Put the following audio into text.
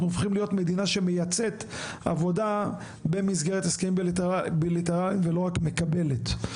הופכים להיות מדינה שמייצאת עובדים בהסכם בילטרלי ולא רק מקבלת.